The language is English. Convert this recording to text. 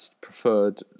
preferred